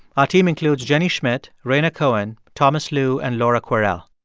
our team includes jenny schmidt, rhaina cohen, thomas lu and laura kwerel